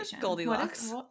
Goldilocks